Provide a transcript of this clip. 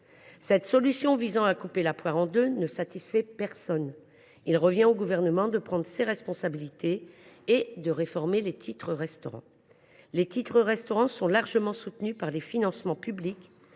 Cette solution consistant à couper la poire en deux ne satisfait personne. Il revient au Gouvernement de prendre ses responsabilités et de réformer les titres restaurant. Ce dispositif est largement soutenu par les financements publics,